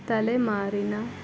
ತಲೆಮಾರಿನ